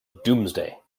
doomsday